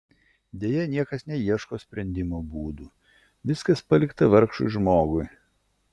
deja niekas neieško sprendimo būdų viskas palikta vargšui žmogui